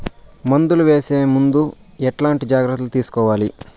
మందులు వేసే ముందు ఎట్లాంటి జాగ్రత్తలు తీసుకోవాలి?